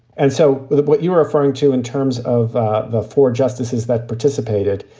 and so what you were referring to in terms of the four justices that participated,